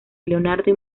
leonardo